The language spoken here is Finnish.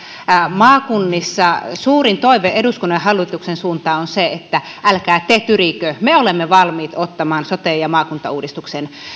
maakunnissa suurin toive eduskunnan ja hallituksen suuntaan on se että älkää te tyrikö me olemme valmiit ottamaan soten ja maakuntauudistuksen